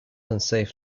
unsafe